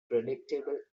predictable